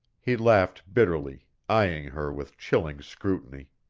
he laughed bitterly, eyeing her with chilling scrutiny.